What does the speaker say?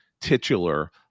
titular